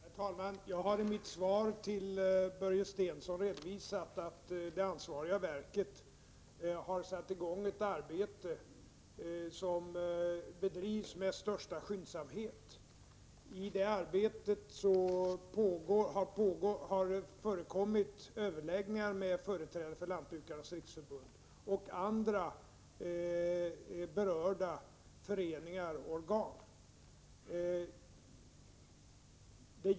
Herr talman! Jag har i mitt svar till Börje Stensson redovisat att det ansvariga verket har satt i gång ett arbete som bedrivs med största skyndsamhet. I det arbetet har det förekommit överläggningar med företrädare för Lantbrukarnas riksförbund och andra berörda föreningar och organ.